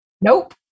nope